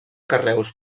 carreus